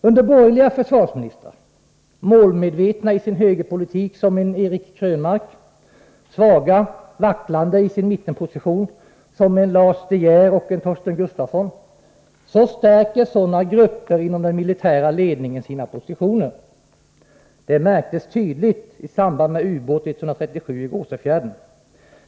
Under borgerliga försvarsministrar — målmedvetna i sin högerpolitik som en Eric Krönmark, svaga och vacklande i sin mittenposition som en Lars De Geer och en Torsten Gustafsson — stärker sådana grupper inom den militära ledningen sina positioner. Det märktes tydligt i samband med ubåt 137 i Gåsefjärden.